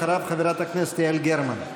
אחריו, חברת הכנסת יעל גרמן.